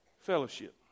Fellowship